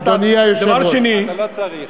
אדוני היושב-ראש, דבר שני, לא צריך.